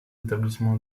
établissements